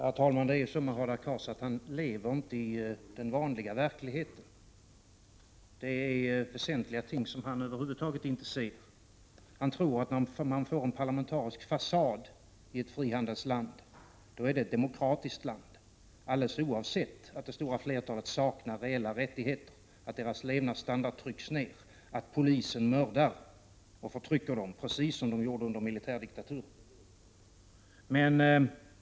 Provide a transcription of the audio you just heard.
Herr talman! Hadar Cars lever inte i den vanliga verkligheten. Det är väsentliga ting som han över huvud taget inte ser. Han tror att man får en parlamentarisk fasad i ett frihandelsland. Då är det ett demokratiskt land, alldeles oavsett att det stora flertalet saknar reella rättigheter och att medborgarnas levnadsstandard trycks ner, att polisen mördar och förtrycker, precis som under militärdiktaturen.